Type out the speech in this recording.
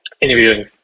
interviewing